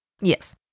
Yes